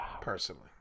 personally